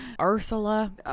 Ursula